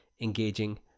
engaging